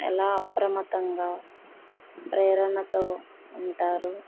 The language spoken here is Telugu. ఎలా అప్రమత్తంగా ప్రేరణతో ఉంటారు